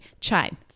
chime